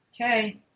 Okay